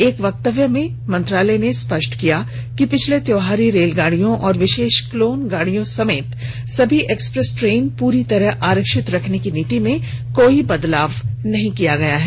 एक वक्तव्य में मंत्रालय ने स्पष्ट किया है कि विशेष त्यौहारी रेलगाडियों और विशेष क्लोन गाडियों समेत सभी एक्सप्रेस ट्रेन पूरी तरह आरक्षित रखने की नीति में कोई बदलाव नहीं किया गया है